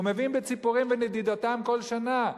הוא מבין בציפורים ונדידתן כל שנה,